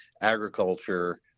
agriculture